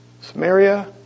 Samaria